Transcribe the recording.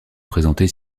présentées